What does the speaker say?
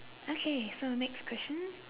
okay so next question